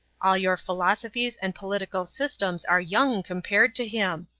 all your philosophies and political systems are young compared to him.